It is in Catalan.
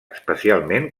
especialment